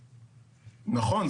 נכון,